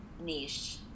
niche